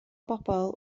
bobl